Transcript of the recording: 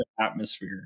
atmosphere